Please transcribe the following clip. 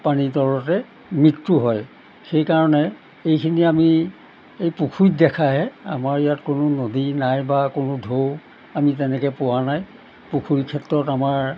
পানীৰ তলতে মৃত্যু হয় সেইকাৰণে এইখিনি আমি এই পুখুৰীত দেখাহে আমাৰ ইয়াত কোনো নদী নাই বা কোনো ঢৌ আমি তেনেকৈ পোৱা নাই পুখুৰীৰ ক্ষেত্ৰত আমাৰ